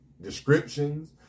descriptions